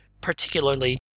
particularly